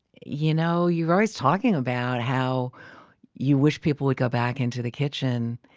you know you're always talking about how you wish people would go back into the kitchen.